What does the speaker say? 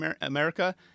America